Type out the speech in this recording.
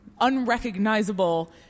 unrecognizable